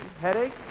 headache